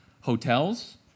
Hotels